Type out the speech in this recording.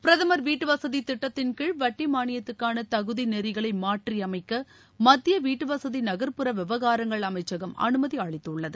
பிரதமர் வீட்டு வசதி திட்டத்தின் கீழ் வட்டி மாளியத்துக்காள தகுதி நெறிகளை மாற்றி அமைக்க மத்திய வீட்டு வசதி நகர்ப்புற விவகாரங்கள் அமைச்சகம் அனுமதி அளித்துள்ளது